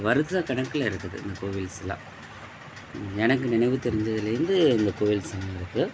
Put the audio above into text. வருசக் கணக்கில் இருக்குது இந்த கோவில்ஸுலாம் எனக்கு நினைவுத் தெரிஞ்சதுலேந்து இந்தக் கோவில்ஸுலாம் இருக்கு